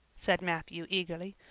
said matthew eagerly.